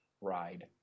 ride